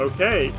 Okay